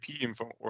info